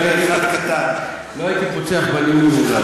לא הייתי פוצח בנאום אם הוא לא היה.